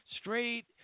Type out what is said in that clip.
straight